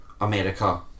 America